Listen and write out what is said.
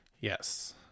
Yes